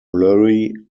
blurry